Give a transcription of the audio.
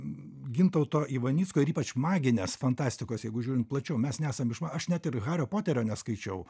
gintauto ivanicko ir ypač maginės fantastikos jeigu žiūrint plačiau mes nesam išma aš net ir hario poterio neskaičiau